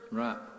right